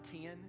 ten